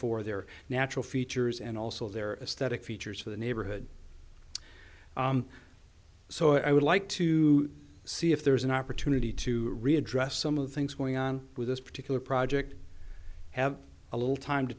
for their natural features and also their aesthetic features of the neighborhood so i would like to see if there is an opportunity to really address some of the things going on with this particular project have a little time to